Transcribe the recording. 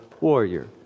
warrior